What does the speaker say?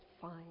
fine